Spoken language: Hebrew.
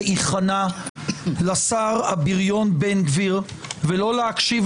להיכנע לשר הבריון בן גביר ולא להקשיב